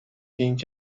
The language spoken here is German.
ging